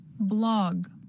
Blog